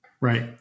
Right